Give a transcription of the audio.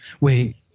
Wait